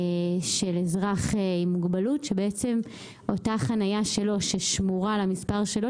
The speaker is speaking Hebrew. של אזרח עם מוגבלות שבעצם אותה חניה שלו ששמורה למספר שלו,